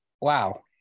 wow